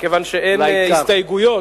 מכיוון שאין הסתייגויות,